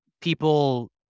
people